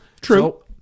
True